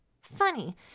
funny